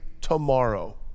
tomorrow